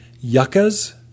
yuccas